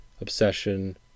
obsession